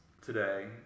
today